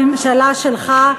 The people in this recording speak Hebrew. הממשלה שלך,